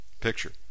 picture